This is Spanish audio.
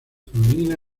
femenina